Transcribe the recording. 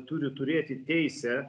turi turėti teisę